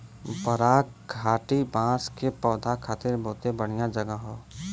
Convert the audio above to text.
बराक घाटी बांस के पौधा खातिर बहुते बढ़िया जगह हौ